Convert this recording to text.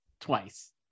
twice